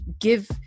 give